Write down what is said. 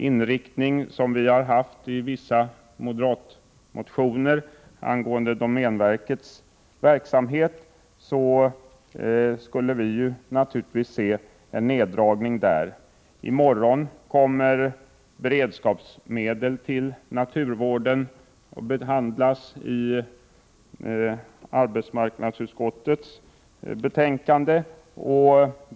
Jag hänvisar till vissa moderata motioner angående domänverkets verksamhet på det här området och vill understryka att vi moderater ju skulle vilja se att det faktiskt blir en neddragning här. I morgon kommer frågan om beredskapsmedel till naturvården att diskuteras i samband med behandlingen av arbetsmarknadsutskottets betänkande.